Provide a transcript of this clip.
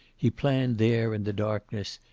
he planned there in the darkness,